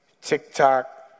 TikTok